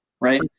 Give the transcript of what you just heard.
right